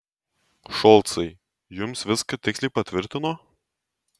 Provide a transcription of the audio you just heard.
šolcai jums viską tiksliai patvirtino